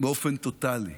באופן טוטלי.